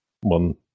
One